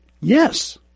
Yes